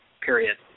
period